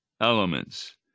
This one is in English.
elements